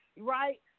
right